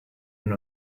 and